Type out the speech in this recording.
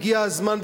הגיע הזמן,